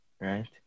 right